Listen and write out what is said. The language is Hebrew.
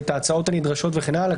את ההצעות הנדרשות וכן הלאה.